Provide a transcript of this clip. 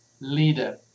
leader